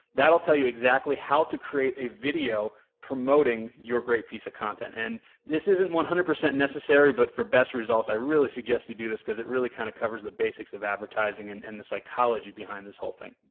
that will tell you exactly how to create a video promoting your great piece of content and this isn't one hundred percent necessary but for best results i really suggest you do this because it really kind of covers the basics of advertising and and the the psychology behind this whole thing.